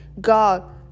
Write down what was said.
God